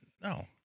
No